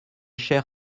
cher